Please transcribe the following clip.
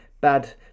bad